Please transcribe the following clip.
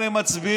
כמובן הם מצביעים